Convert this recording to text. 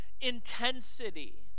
intensity